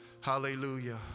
Hallelujah